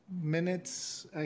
minutes